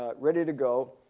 ah ready to go,